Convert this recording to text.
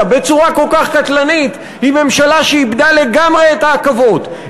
בצורה כל כך קטלנית היא ממשלה שאיבדה לגמרי את העכבות,